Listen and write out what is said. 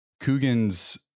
coogan's